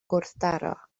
gwrthdaro